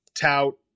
tout